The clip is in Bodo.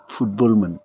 फुटबलमोन